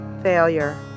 Failure